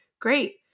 great